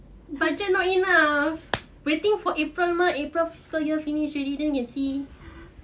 but just not enough waiting for april mah april fiscal year finish already then you see